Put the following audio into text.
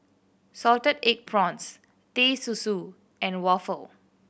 salted egg prawns Teh Susu and waffle